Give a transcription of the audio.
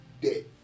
Dead